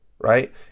right